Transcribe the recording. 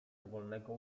dowolnego